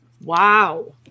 Wow